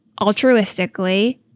altruistically